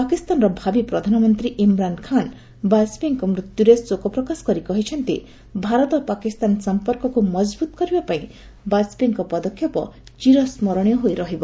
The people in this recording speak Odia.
ପାକିସ୍ତାନର ଭାବି ପ୍ରଧାନମନ୍ତ୍ରୀ ଇମ୍ରାନ୍ ଖାନ୍ ବାଜପେୟୀଙ୍କ ମୃତ୍ୟୁରେ ଶୋକପ୍ରକାଶ କରି କହିଛନ୍ତି ଭାରତ ପାକିସ୍ତାନ ସମ୍ପର୍କକୁ ମଙ୍ଗବୁତ କରିବା ପାଇଁ ବାଜପେୟୀଙ୍କ ପଦକ୍ଷେପ ଚିରସ୍କରଣୀୟ ହୋଇ ରହିବ